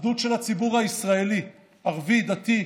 אחדות של הציבור הישראלי: ערבי, דתי,